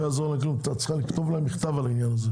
את צריכה לכתוב להם מכתב על העניין הזה.